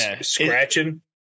scratching